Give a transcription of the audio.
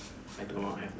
I do not have that